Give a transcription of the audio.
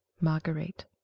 Marguerite